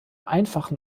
einfachen